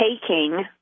taking